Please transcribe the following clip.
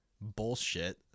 bullshit